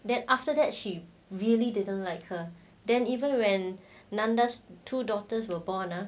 then after that she really didn't like her then even when nanda's two daughters were born ah